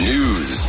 News